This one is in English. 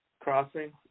crossing